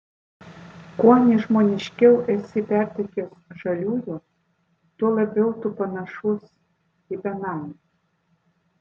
kuo nežmoniškiau esi pertekęs žaliųjų tuo labiau tu panašus į benamį